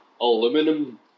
aluminum